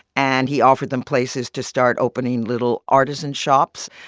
and he offered them places to start opening little artisan shops.